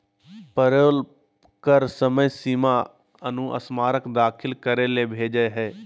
payroll कर समय सीमा अनुस्मारक दाखिल करे ले भेजय हइ